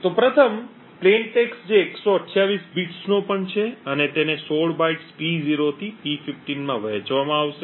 તો પ્રથમ સાદા લખાણ જે 128 બિટ્સનો પણ છે તેને 16 બાઇટ્સ P0 થી P15 માં વહેંચવામાં આવશે